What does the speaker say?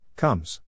Comes